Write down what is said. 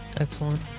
Excellent